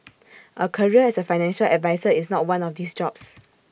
A career as A financial advisor is not one of these jobs